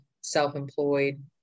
self-employed